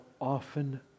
often